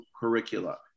curricula